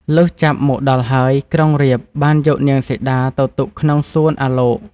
លុះចាប់មកដល់ហើយ ក្រុងរាពណ៍បានយកនាងសីតាទៅទុកក្នុងសួនអលោក។